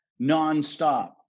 nonstop